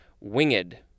winged